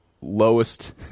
lowest